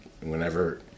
whenever